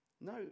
No